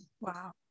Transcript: Wow